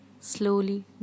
slowly